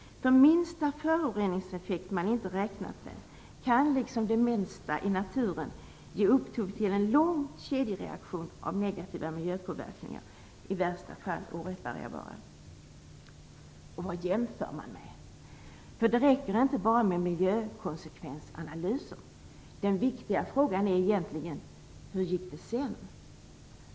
De minsta föroreningseffekter man inte räknat med kan liksom det minsta i naturen ge upphov till en lång kedjereaktion av negativa miljöpåverkningar, i värsta fall oreparerbara. Det räcker inte bara med miljökonsekvensanalyser. Den viktiga frågan är egentligen: Hur gick det sedan?